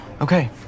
Okay